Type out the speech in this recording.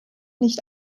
nicht